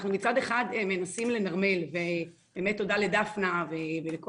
אנחנו מצד אחד מנסים לנרמל ובאמת תודה לדפנה ולכל